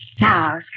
Now